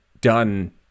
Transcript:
done